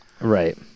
Right